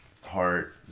heart